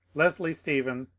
leslie stephen,